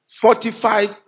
fortified